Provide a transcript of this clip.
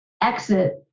exit